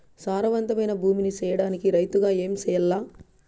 సారవంతమైన భూమి నీ సేయడానికి రైతుగా ఏమి చెయల్ల?